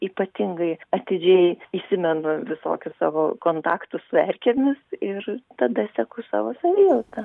ypatingai atidžiai įsimenu visokius savo kontaktus su erkėmis ir tada seku savo savijautą